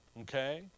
Okay